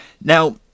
Now